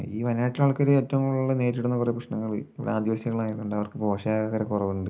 ഈ വയനാട്ടിലെ ആൾക്കാർ ഏറ്റവും കൂടുതൽ നേരിടുന്ന കുറെ പ്രശ്നങ്ങൾ ഇവിടെ ആദിവാസികളായതുകൊണ്ട് അവർക്ക് പോഷകാഹാരക്കുറവുണ്ട്